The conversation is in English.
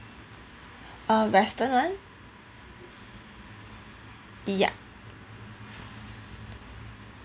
uh western one yup